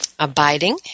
Abiding